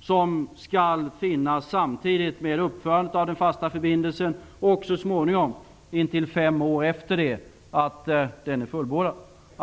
som skall finnas samtidigt med uppförandet av den fasta förbindelsen och, så småningom, upp till fem år efter det att den är fullbordad.